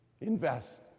invest